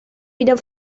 wieder